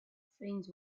friends